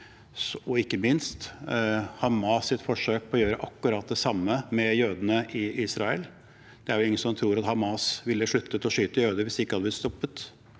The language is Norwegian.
og ikke minst Hamas’ forsøk på å gjøre akkurat det samme med jødene i Israel. Det er ingen som tror at Hamas ville sluttet å skyte jøder hvis de ikke hadde blitt